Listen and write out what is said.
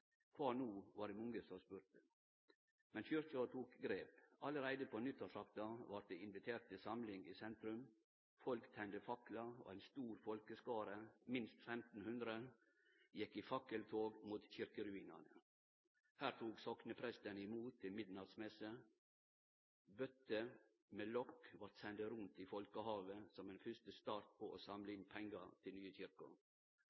det mange som spurde. Men kyrkja tok grep. Allereie på nyttårsaftan vart det invitert til samling i sentrum. Folk tende faklar, og ein stor folkeskare, minst 1 500, gjekk i fakkeltog mot kyrkjeruinane. Her tok soknepresten imot til midnattsmesse. Bøtter med lokk vart sende rundt i folkehavet som ein første start på å samle